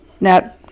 Now